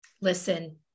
Listen